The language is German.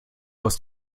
aus